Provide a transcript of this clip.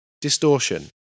Distortion